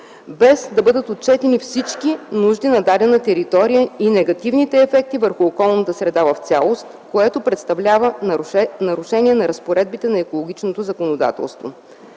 без да бъдат отчетени всички нужди на дадена територия и негативните ефекти върху околната среда в цялост, което представлява нарушение на разпоредбите на екологичното законодателство.